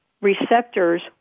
receptors